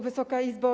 Wysoka Izbo!